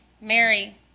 Mary